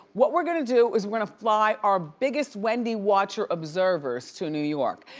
what we're gonna do is we're gonna fly our biggest wendy watcher observers to new york.